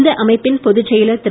இந்த அமைப்பின் பொதுச்செயலர் திரு